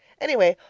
anyway,